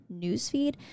newsfeed